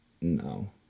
No